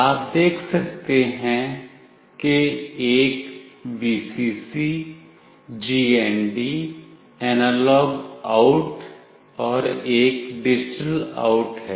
आप देख सकते हैं कि एक Vcc GND एनालॉग आउट और एक डिजिटल आउट है